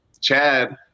Chad